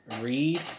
read